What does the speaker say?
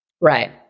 right